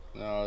no